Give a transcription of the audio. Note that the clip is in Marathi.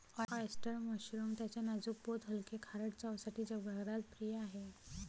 ऑयस्टर मशरूम त्याच्या नाजूक पोत हलके, खारट चवसाठी जगभरात प्रिय आहे